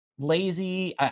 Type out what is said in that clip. Lazy